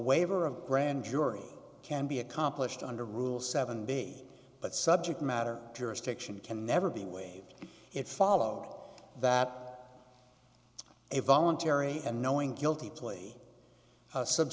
waiver of a grand jury can be accomplished under rule seven day but subject matter jurisdiction can never be waived it followed that a voluntary and knowing guilty plea sub